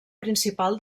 principal